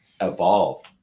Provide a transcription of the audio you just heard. evolve